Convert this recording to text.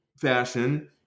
fashion